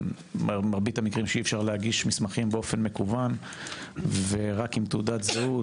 במרבית המקרים אי אפשר להגיש מסמכים באופן מקוון ורק עם תעודת הזהות.